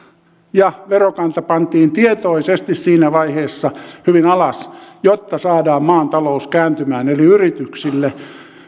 ja verokanta pantiin tietoisesti siinä vaiheessa hyvin alas jotta saadaan maan talous kääntymään eli yrityksille